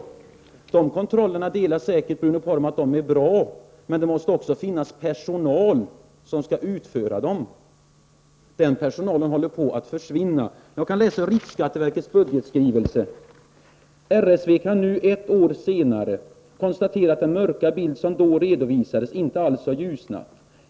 Bruno Poromaa instämmer säkert i att de kontrollerna är bra, men det måste finnas personal som utför dem. Den personalen håller på att försvinna. Jag kan läsa ur riksskatteverkets budgetskrivelse: ”RSV kan nu ett år senare konstatera att den mörka bild som då redovisades inte alls har ljusnat.